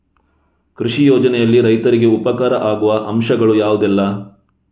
ಕೃಷಿ ಯೋಜನೆಯಲ್ಲಿ ರೈತರಿಗೆ ಉಪಕಾರ ಆಗುವ ಅಂಶಗಳು ಯಾವುದೆಲ್ಲ?